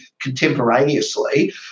contemporaneously